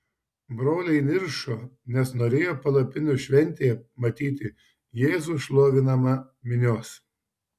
broliai niršo nes norėjo palapinių šventėje matyti jėzų šlovinamą minios